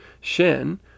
Shen